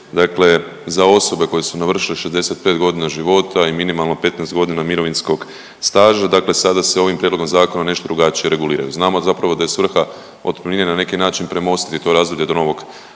dakle za osobe koje su navršile 65 godina života i minimalno 15 godina mirovinskog staža, dakle sada se ovim Prijedlogom zakona nešto drugačije reguliraju. Znamo zapravo da je svrha otpremnine na neki način premostiti to razdoblje do novog